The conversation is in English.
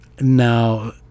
Now